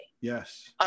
Yes